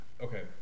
Okay